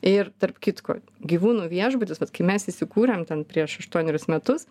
ir tarp kitko gyvūnų viešbutis vat kai mes įsikūrėm ten prieš aštuonerius metus